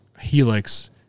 Helix